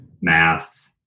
math